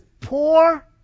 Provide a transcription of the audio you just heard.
poor